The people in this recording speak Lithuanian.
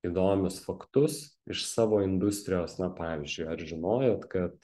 įdomius faktus iš savo industrijos na pavyzdžiui ar žinojot kad